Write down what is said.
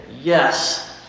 yes